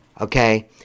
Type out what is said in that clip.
okay